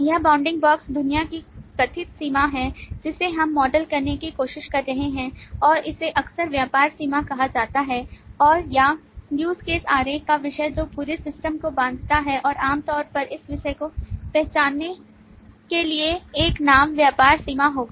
यह bounding box दुनिया की कथित सीमा है जिसे हम मॉडल करने की कोशिश कर रहे हैं और इसे अक्सर व्यापार सीमा कहा जाता है और या use case आरेख का विषय जो पूरे सिस्टम को बांधता है और आमतौर पर इस विषय को पहचानने के लिए एक नाम व्यापार सीमा होगा